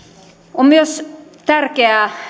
on myös tärkeää